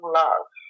love